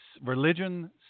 religion